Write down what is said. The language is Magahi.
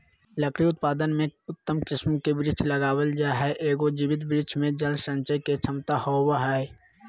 लकड़ी उत्पादन में उत्तम किस्म के वृक्ष लगावल जा हई, एगो जीवित वृक्ष मे जल संचय के क्षमता होवअ हई